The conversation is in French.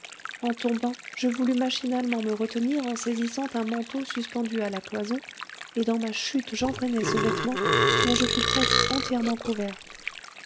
en tombant je voulus machinalement me retenir en saisissant un manteau suspendu à la cloison et dans ma chute j'entraînai ce vêtement dont je fus presque entièrement couverte